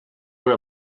una